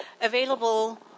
available